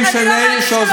אני לא אמרתי שלא.